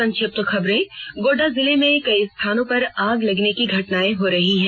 संक्षिप्त खबरें गोड्डा जिले में कई स्थानों पर आग लगने की घटनाएं हो रही हैं